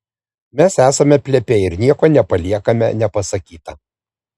mes esame plepiai ir nieko nepaliekame nepasakyta